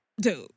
dude